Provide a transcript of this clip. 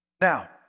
Now